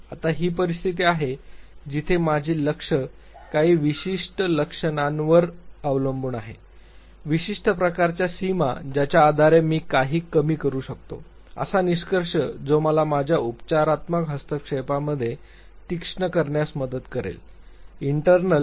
आता ही परिस्थिती आहे जिथे माझे लक्ष काही विशिष्ट लक्षणांवर अवलंबून आहे विशिष्ट प्रकारच्या सीसा ज्याच्या आधारे मी काही कमी करू शकतो असा निष्कर्ष जो मला माझ्या उपचारात्मक हस्तक्षेपामध्ये तीक्ष्ण करण्यात मदत करेल